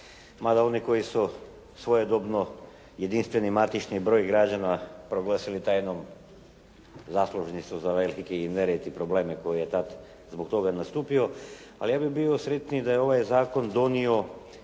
Mada one koji su svojedobno jedinstveni matični broj građana proglasili tajnom, zaslužni su za veliki nered i probleme koji su tad zbog toga nastupili. Ali ja bih bio sretniji da je ovaj zakon donio